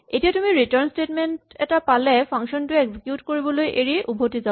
এতিয়া তুমি return statement এটা পালে ফাংচন টোৱে এক্সিকিউট কৰিবলৈ এৰি উভতি যাব